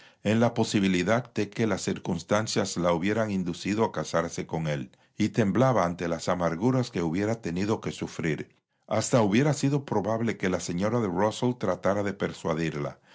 en la posibilidad de que las circunstancias la hubieran inducido a casarse con él y temblaba ante las amarguras que hubiera tenido que sufrir hasta hubiera sido probable que la señora de rusell tratara de persuadirla